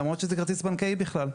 למרות שזה כרטיס בנקאי בכלל.